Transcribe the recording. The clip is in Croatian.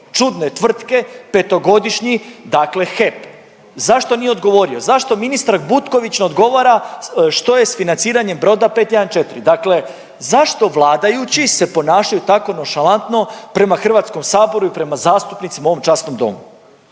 čudne tvrtke petogodišnji dakle HEP? Zašto nije odgovorio? Zašto ministar Butković ne odgovara što je s financiranjem broda 514? Dakle, zašto vladajući se ponašaju tako nonšalantno prema Hrvatskom saboru i prema zastupnica u ovom časnom domu?